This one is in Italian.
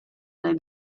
nei